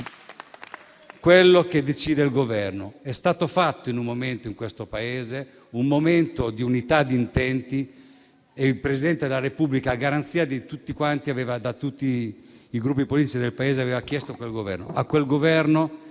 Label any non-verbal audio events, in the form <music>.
quello che decide il Governo. <applause> C'è stato, in questo Paese, un momento di unità di intenti e il Presidente della Repubblica, a garanzia di tutti i Gruppi politici del Paese, aveva chiesto quel Governo.